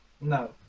no